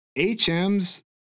HM's